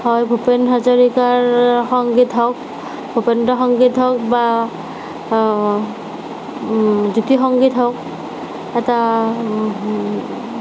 হয় ভূপেন হাজৰিকাৰ সংগীত হওক ভূপেন্দ্ৰ সংগীত হওক বা জ্যোতি সংগীত হওক এটা